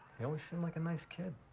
he always seemed like a nice kid.